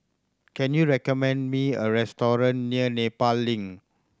can you recommend me a restaurant near Nepal Link